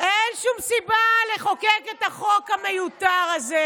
אין שום סיבה לחוקק את החוק המיותר הזה,